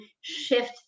shift